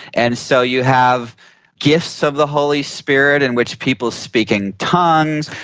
and so you have gifts of the holy spirit in which people speak in tongues,